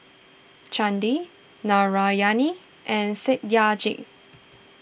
Chandi Narayana and Satyajit